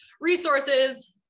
resources